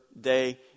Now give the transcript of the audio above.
day